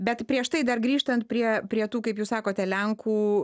bet prieš tai dar grįžtant prie prie tų kaip jūs sakote lenkų